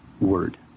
word